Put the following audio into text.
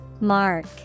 Mark